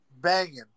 Banging